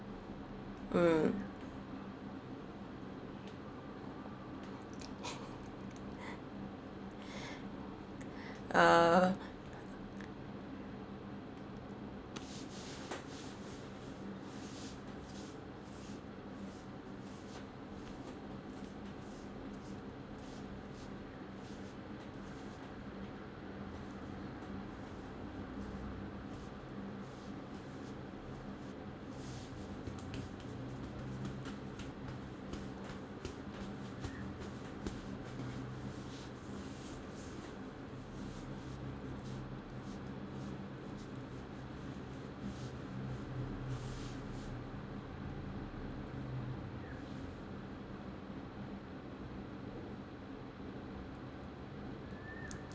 mm uh